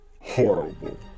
horrible